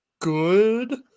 good